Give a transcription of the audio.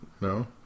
no